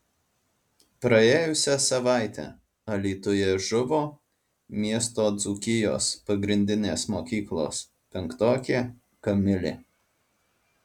praėjusią savaitę alytuje žuvo miesto dzūkijos pagrindinės mokyklos penktokė kamilė